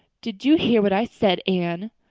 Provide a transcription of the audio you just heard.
did you hear what i said, anne?